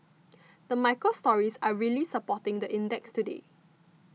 the micro stories are really supporting the index today